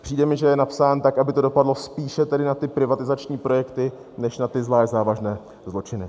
Přijde mi, že je napsán tak, aby to dopadlo spíše tedy na ty privatizační projekty než na ty zvlášť závažné zločiny.